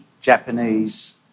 Japanese